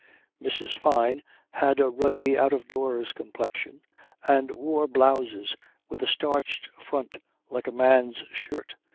mrs. fyne had a ruddy out-of-doors complexion and wore blouses with a starched front like a man's shirt,